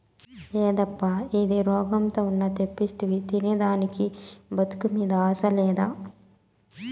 యేదప్పా ఇది, రోగంతో ఉన్న తెప్పిస్తివి తినేదానికి బతుకు మీద ఆశ లేదా